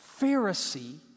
Pharisee